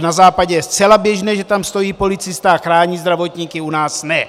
Na Západě je zcela běžné, že tam stojí policista a chrání zdravotníky, u nás ne.